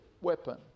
weapon